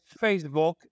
Facebook